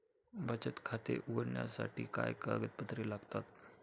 बचत खाते उघडण्यासाठी काय कागदपत्रे लागतात?